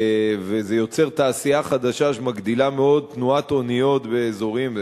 וזה יוצר תעשייה חדשה שמגדילה מאוד תנועת אוניות באזורים,